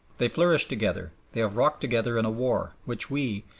they flourished together, they have rocked together in a war, which we,